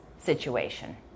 situation